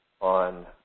on